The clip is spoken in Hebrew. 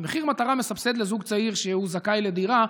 כי מחיר מטרה מסבסד לזוג צעיר שזכאי לדירה,